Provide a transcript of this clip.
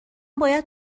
باید